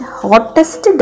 hottest